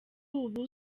ubu